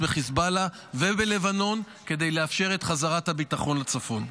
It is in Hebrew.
בחיזבאללה ובלבנון כדי לאפשר את חזרת הביטחון לצפון.